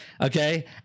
Okay